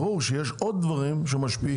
ברור שיש עוד דברים שמשפיעים,